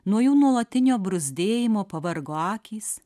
nuo jų nuolatinio bruzdėjimo pavargo akys